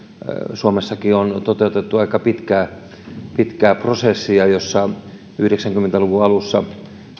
suomessakin on toteutettu aika pitkää pitkää prosessia jossa yhdeksänkymmentä luvun alussa